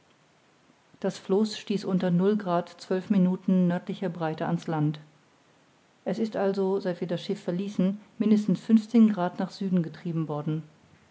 das floß stieß unter o zwölf minuten nördlicher breite an's land es ist also seit wir das schiff verließen mindestens fünfzehn grad nach süden getrieben worden